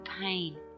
pain